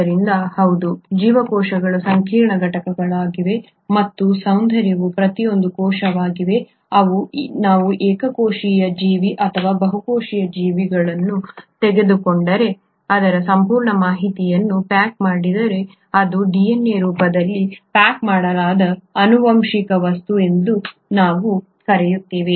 ಆದ್ದರಿಂದ ಹೌದು ಜೀವಕೋಶಗಳು ಸಂಕೀರ್ಣ ಘಟಕಗಳಾಗಿವೆ ಮತ್ತು ಸೌಂದರ್ಯವು ಪ್ರತಿಯೊಂದು ಕೋಶವಾಗಿದೆ ಅದು ನೀವು ಏಕಕೋಶೀಯ ಜೀವಿ ಅಥವಾ ಬಹುಕೋಶೀಯ ಜೀವಿಗಳನ್ನು ತೆಗೆದುಕೊಂಡರೂ ಅದರ ಸಂಪೂರ್ಣ ಮಾಹಿತಿಯನ್ನು ಪ್ಯಾಕ್ ಮಾಡಿದ್ದರೆ ಅದು DNA ರೂಪದಲ್ಲಿ ಪ್ಯಾಕ್ ಮಾಡಲಾದ ಆನುವಂಶಿಕ ವಸ್ತು ಎಂದು ನೀವು ಕರೆಯುತ್ತೀರಿ